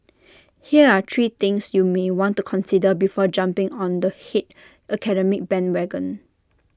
here are three things you may want to consider before jumping on the hate academic bandwagon